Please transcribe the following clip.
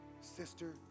sister